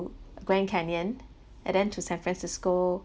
grand canyon and then to san francisco